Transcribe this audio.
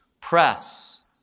press